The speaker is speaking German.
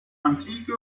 antike